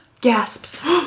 gasps